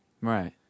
right